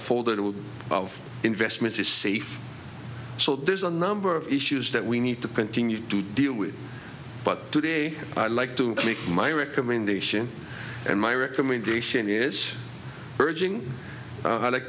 a foldable of investments is safe so there's a number of issues that we need to continue to deal with but today i'd like to make my recommendation and my recommendation is urging i like